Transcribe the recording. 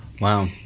Wow